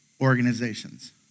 organizations